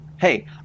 hey